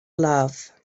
love